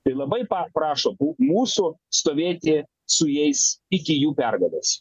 tai labai pa paprašo mūsų stovėti su jais iki jų pergalės